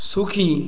সুখী